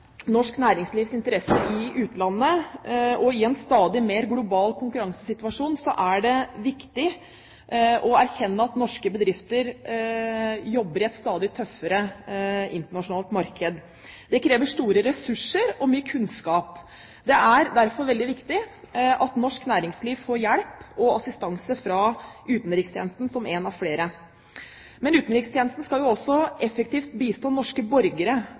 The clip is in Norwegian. norsk næringslivs interesser i utlandet, og i en stadig mer global konkurransesituasjon er det viktig å erkjenne at norske bedrifter jobber i et stadig tøffere internasjonalt marked. Det krever store ressurser og mye kunnskap. Det er derfor veldig viktig at norsk næringsliv får hjelp og assistanse fra utenrikstjenesten som en av flere. Men utenrikstjenesten skal også effektivt bistå norske borgere,